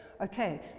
Okay